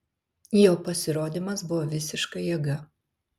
jo pasirodymas buvo visiška jėga